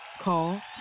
Call